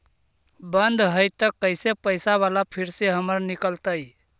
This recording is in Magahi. बन्द हैं त कैसे पैसा बाला फिर से हमर निकलतय?